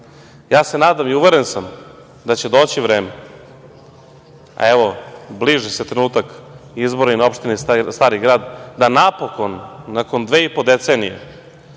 se nadam i uveren sam da će doći vreme, a evo, bliži se trenutak izbora i na opštini Stari grad, da napokon, nakon dve i po decenije